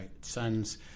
son's